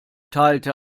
teilte